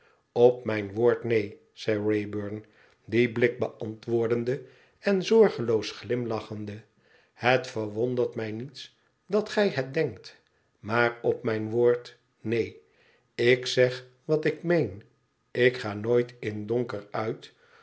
op mijn woord neen zei wraybum dien blik beantwoordende en zorgeloos glimlachende het verwondert mij niets dat gij het denkt maar op mijn woord neen ïk zeg wat ik meen ik ga nooit in donker uit